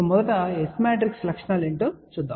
మొదట S matrix లక్షణాలు ఏమిటో చూద్దాం